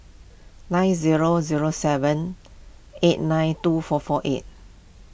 nine zero zero seven eight nine two four four eight